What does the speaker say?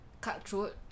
cutthroat